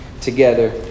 together